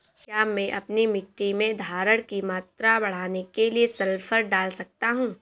क्या मैं अपनी मिट्टी में धारण की मात्रा बढ़ाने के लिए सल्फर डाल सकता हूँ?